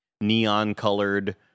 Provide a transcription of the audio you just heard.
neon-colored